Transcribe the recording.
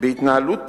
בהתנהלות